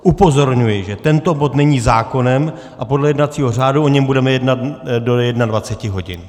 Upozorňuji, že tento bod není zákonem a podle jednacího řádu o něm budeme jednat do 21 hodin.